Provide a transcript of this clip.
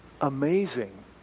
Amazing